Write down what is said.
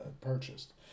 purchased